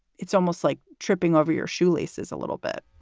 it's almost like tripping over your shoelaces a little bit